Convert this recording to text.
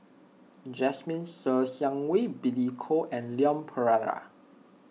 Jasmine Ser Xiang Wei Billy Koh and Leon Perera